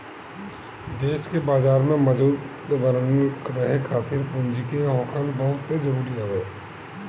देस के बाजार में मजबूत बनल रहे खातिर पूंजी के होखल बहुते जरुरी हवे